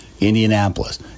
Indianapolis